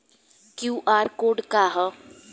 QR code का ह?